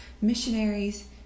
missionaries